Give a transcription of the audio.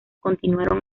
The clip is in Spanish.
continuaron